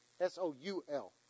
S-O-U-L